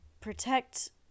protect